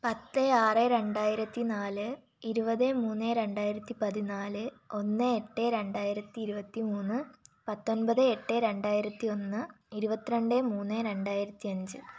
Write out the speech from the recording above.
പത്ത് ആറ് രണ്ടായിരത്തി നാല് ഇരുപത് മൂന്ന് രണ്ടായിരത്തി പതിനാല് ഒന്ന് എട്ട് രണ്ടായിരത്തി ഇരുപത്തി മൂന്ന് പത്തൊൻപത് എട്ട് രണ്ടായിരത്തി ഒന്ന് ഇരുപത്തി രണ്ട് മൂന്ന് രണ്ടായിരത്തി അഞ്ച്